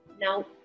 Now